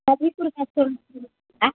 हाज़ीपुर का पुल अएँ